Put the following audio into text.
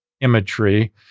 imagery